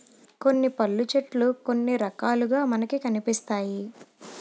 కొన్ని పళ్ళు చెట్లు కొన్ని రకాలుగా మనకి కనిపిస్తాయి